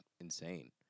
insane